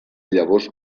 llavors